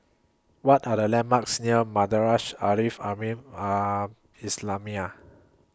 What Are The landmarks near Madrasah Al Leaf Al Mean Al Islamiah